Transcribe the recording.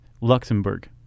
Luxembourg